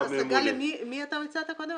השגה למי הצעת קודם?